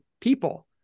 people